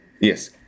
Yes